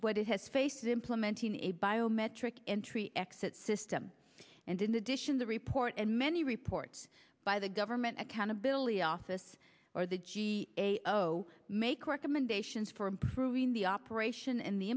what it has faced implementing a biometric entry exit system and in addition the report and many reports by the government accountability office or the g a o make recommendations for improving the operation and the